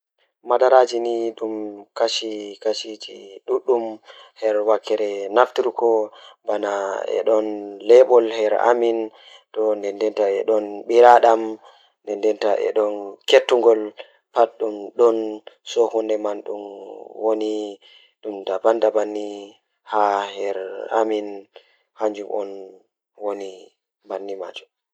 E nder koppe, ko ɓuri loowdi ɗe joɓi: meloore loowdi, meloore koode, meloore kede, ko meloore loowdi fowru keke e loowdi keke, waɗi teddungal. ɓe njiɗo nder ngal keeri ko o ndiyam: ɓe loowdi mooƴƴi moƴƴi ndiyannde, meloore kede harlawdi heewoy, ko meloore ɓeŋƴe ndiyannde fowru keke